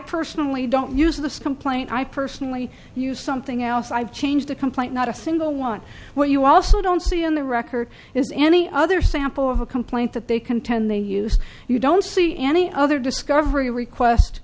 personally don't use the complaint i personally use something else i've changed the complaint not a single one what you also don't see in the record is a any other sample of a complaint that they contend they use you don't see any other discovery request